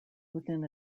within